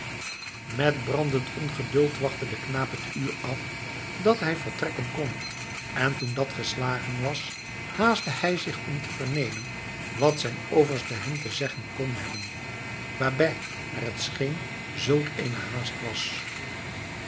met brandend ongeduld wachtte de knaap het uur af dat hij vertrekken kon en toen dat geslagen was haastte hij zich om te vernemen wat zijn overste hem te zeggen kon hebben waarbij naar het scheen zulk eene haast was